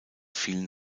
vielen